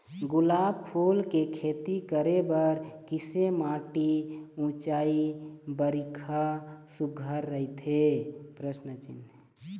गुलाब फूल के खेती करे बर किसे माटी ऊंचाई बारिखा सुघ्घर राइथे?